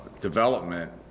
development